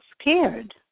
scared